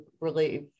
relief